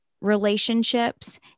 relationships